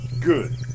Good